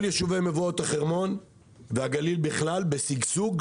כל יישובי מבואות החרמון והגליל בכלל בשגשוג,